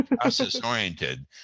process-oriented